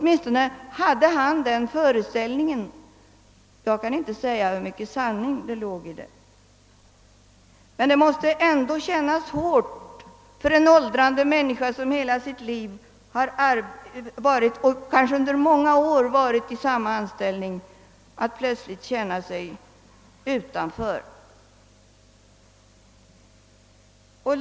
Jag kan inte säga hur mycket sanning som låg häri, men han hade åtminstone själv det här intrycket. Det måste ändå vara svårt för en åldrande människa, som kanske under många år haft samma an ställning, att plötsligt känna sig ställd utanför gemenskapen.